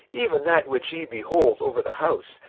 even that which ye behold over the house,